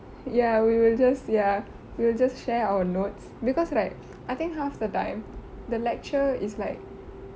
ya we will just ya we will just share our notes because right I think half the time the lecture is like